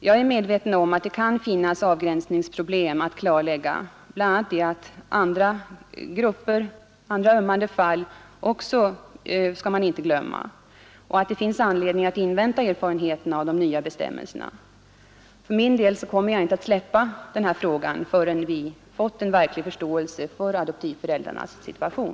Jag är medveten om att det kan finnas avgränsningsprobiem att klarlägga, bl.a. att man inte heller skall glömma andra ömmande fall och att det finns anledning att invänta erfarenheterna av de nya bestämmelserna. Jag kommer inte att släppa den här frågan förrän vi har fått en verklig förståelse för adoptivföräldrarnas situation.